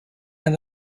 and